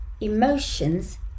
emotions